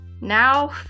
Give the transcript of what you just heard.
now